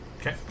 Okay